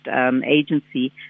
agency